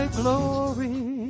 glory